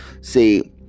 See